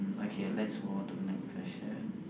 okay let's move on to the next question